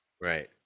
right